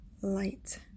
light